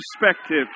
perspective